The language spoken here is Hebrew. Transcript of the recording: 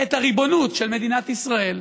את הריבונות של מדינת ישראל,